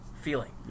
feeling